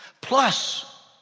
Plus